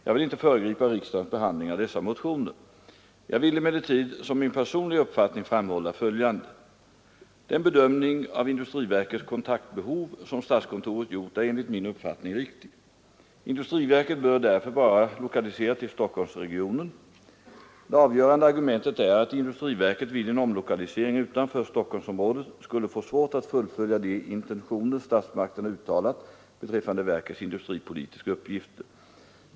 Jag vill inte föregripa riksdagens behandling av dessa motioner. Jag vill emellertid som min personliga uppfattning framhålla följande. Den bedömning av industriverkets kontaktbehov som statskontoret gjort är enligt min uppfattning riktig. Industriverket bör därför vara lokaliserat till Stockholmsregionen. Det avgörande argumentet är att industriverket vid en omlokalisering utanför Stockholmsområdet skulle få svårt att fullfölja de intentioner statsmakterna uttalat beträffande verkets industripolitiska uppgifter.